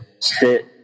sit